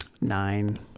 Nine